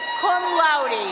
cum laude.